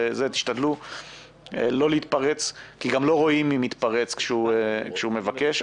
תשתדלו לא להתפרץ כי גם לא רואים מי מתפרץ כשהוא מבקש.